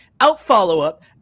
out-follow-up